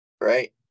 right